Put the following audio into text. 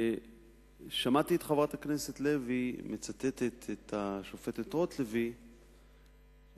שמעתי את חברת הכנסת לוי מצטטת את השופטת רוטלוי בטענה